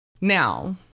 Now